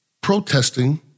protesting